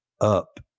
up